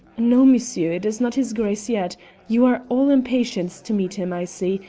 no, monsieur, it is not his grace yet you are all impatience to meet him, i see,